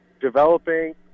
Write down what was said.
developing